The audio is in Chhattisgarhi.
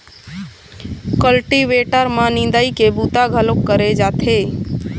कल्टीवेटर म निंदई के बूता घलोक करे जाथे